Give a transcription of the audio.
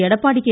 Edappadi K